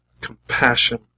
compassion